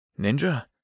Ninja